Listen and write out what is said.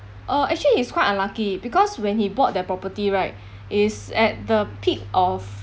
uh actually he's quite unlucky because when he bought that property right it's at the peak of